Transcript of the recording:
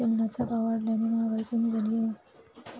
चलनाचा भाव वाढल्याने महागाई कमी झाली आहे